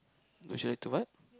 would you like to what